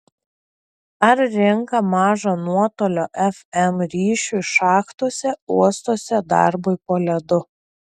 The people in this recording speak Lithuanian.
ar rinka mažo nuotolio fm ryšiui šachtose uostuose darbui po ledu